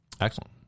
Excellent